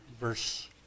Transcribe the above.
verse